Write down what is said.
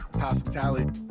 Hospitality